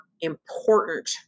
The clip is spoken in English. important